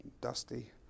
dusty